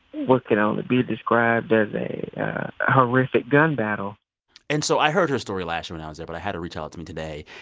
what can only be described as a horrific gun battle and so i heard her story last year when i was there, but i had her retell it to me today.